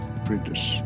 apprentice